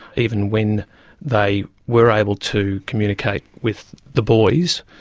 even when they were able to communicate with the boys,